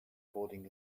boarding